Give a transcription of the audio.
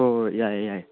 ꯍꯣꯏ ꯍꯣꯏ ꯌꯥꯏꯌꯦ ꯌꯥꯏꯌꯦ